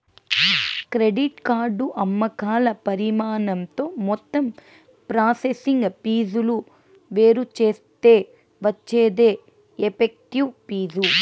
credit card అమ్మకాల పరిమాణంతో మొత్తం ప్రాసెసింగ్ ఫీజులు వేరుచేత్తే వచ్చేదే ఎఫెక్టివ్ ఫీజు